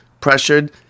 pressured